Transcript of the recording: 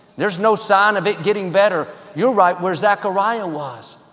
there's no sign of it getting better. you're right where zechariah was.